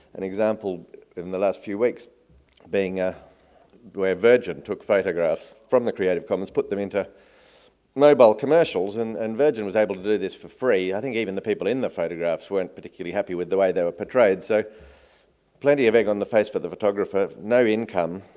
an example in the last few weeks being ah where where virgin took photographs from the creative commons, put them into mobile commercials, and and virgin was able to do this for free. i think even the people in the photographs weren't particularly happy with the way they were portrayed, so plenty of egg on the face for the photographer, no income,